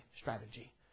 strategy